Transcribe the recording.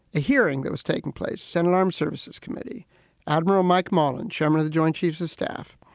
a hearing that was taking place, senate armed services committee adm. um mike mullen, chairman of the joint chiefs of staff.